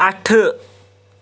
ٲٹھٕ